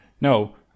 No